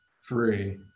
free